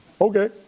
Okay